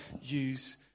use